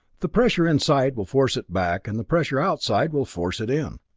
the pressure inside will force it back, and the pressure outside will force it in.